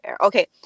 Okay